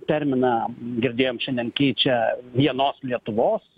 terminą girdėjom šiandien keičia vienos lietuvos